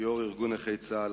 יושב-ראש ארגון נכי צה"ל,